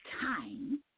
time